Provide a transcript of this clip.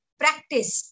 practice